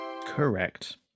Correct